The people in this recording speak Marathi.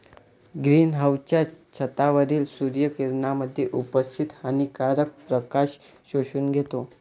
ग्रीन हाउसच्या छतावरील सूर्य किरणांमध्ये उपस्थित हानिकारक प्रकाश शोषून घेतो